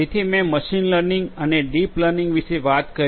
જેથી મેં machine learning અને ડીપ લર્નિંગ વિશે વાત કરી